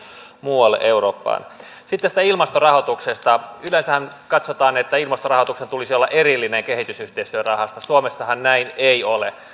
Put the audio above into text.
muualle eurooppaan sitten tästä ilmastorahoituksesta yleensähän katsotaan että ilmastorahoituksen tulisi olla erillinen kehitysyhteistyörahasto suomessahan näin ei ole